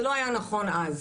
זה לא היה נכון אז,